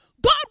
God